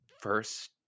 first